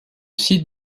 site